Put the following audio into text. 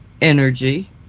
energy